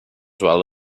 well